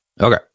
Okay